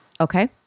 Okay